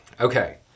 Okay